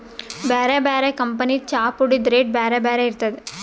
ಬ್ಯಾರೆ ಬ್ಯಾರೆ ಕಂಪನಿದ್ ಚಾಪುಡಿದ್ ರೇಟ್ ಬ್ಯಾರೆ ಬ್ಯಾರೆ ಇರ್ತದ್